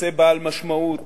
נושא בעל משמעות